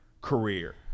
career